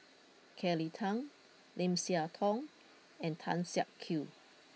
Kelly Tang Lim Siah Tong and Tan Siak Kew